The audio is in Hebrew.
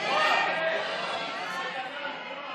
ההסתייגות